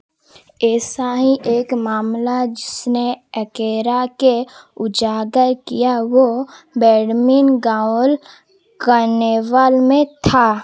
एसा ही एक मामला जिसने एकेरा के उजागर किया वह बैडमिन गाओल कर्नेवल में था